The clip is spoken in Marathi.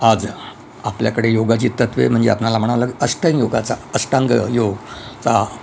आज आपल्याकडे योगाची तत्वे म्हणजे आपणाला म्हणावं लागेल अष्टांग योगाचा अष्टांग योग चा